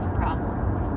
problems